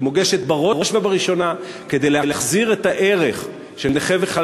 היא מוגשת בראש ובראשונה כדי להחזיר את הערך של נכה צה"ל וחלל